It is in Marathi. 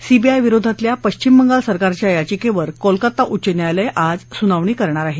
सीबीआयविरोधातल्या पश्चिम बंगाल सरकारच्या याचिकेवर कोलकाता उच्च न्यायालय आज सुनावणी करणार आहे